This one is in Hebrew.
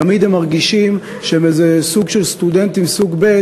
תמיד הם מרגישים שהם סטודנטים סוג ב',